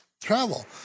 Travel